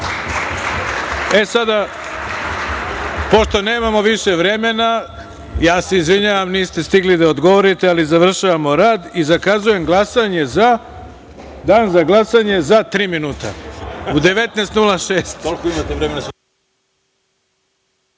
sada pošto nemamo više vremena, ja se izvinjavam niste stigli da odgovorite, ali završavamo rad i zakazujem dan za glasanje za tri minuta, u 19.06